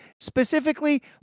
specifically